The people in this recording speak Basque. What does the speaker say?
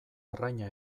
arraina